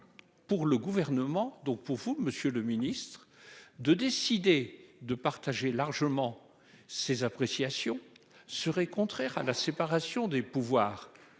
pour le Gouvernement, pour vous, monsieur le ministre, de décider de partager largement ces appréciations serait contraire à la séparation des pouvoirs.